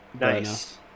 Nice